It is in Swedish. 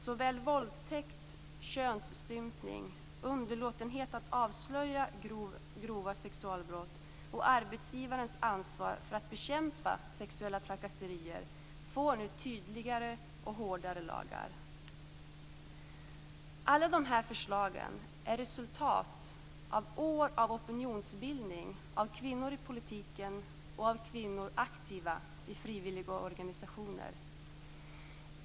Såväl våldtäkt, könsstympning, underlåtenhet att avslöja grova sexualbrott och arbetsgivarens ansvar för att bekämpa sexuella trakasserier får nu tydligare och hårdare lagar. Alla de här förslagen är resultat av år av opinionsbildning av kvinnor i politiken och av kvinnor aktiva i frivilliga organisationer.